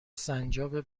سنجابه